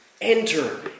Enter